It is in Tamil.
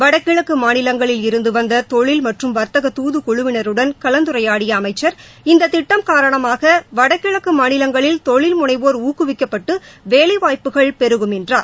வடகிழக்கு மாநிலங்களில் இருந்து வந்த தொழில் மற்றும் வர்த்தக தாது குழுவினருடன் கலந்துரையாடிய அமைச்சர் இந்த திட்டம் காரணமாக வடகிழக்கு மாநிலங்களில் தொழில் முனைவோர் ஊக்குவிக்கப்பட்டு வேலை வாய்ப்புகள் பெருகும் என்றார்